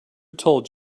told